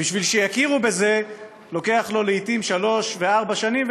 ובשביל שיכירו לו בזה לוקח לעתים שלוש וארבע שנים,